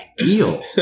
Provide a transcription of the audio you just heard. ideal